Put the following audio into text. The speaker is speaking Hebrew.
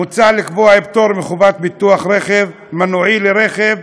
מוצע לקבוע פטור מחובת ביטוח רכב מנועי לרכב.